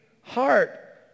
heart